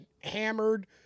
hammered